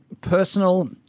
personal